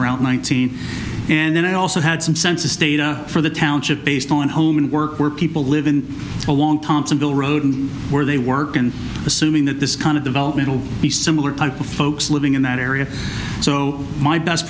around nineteen and then i also had some census data for the township based on home and work where people live in long thompson bill rhoden where they work and assuming that this kind of development will be similar type of folks living in that area so my best